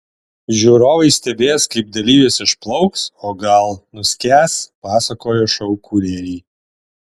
žiūrovai stebės kaip dalyvis išplauks o gal nuskęs pasakoja šou kūrėjai